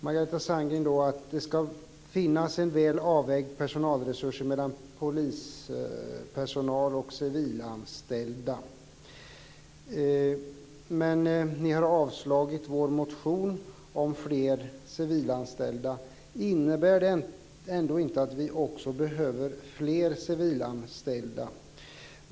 Margareta Sandgren säger att det ska finnas en personalresurs med en god avvägning mellan polispersonal och civilanställda. Men ni har avslagit vår motion om fler civilanställda. Innebär inte detta att vi behöver fler civilanställda?